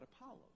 Apollo